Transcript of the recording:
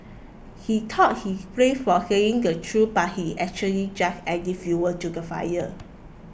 he thought he brave for saying the truth but he actually just adding fuel to the fire